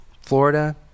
Florida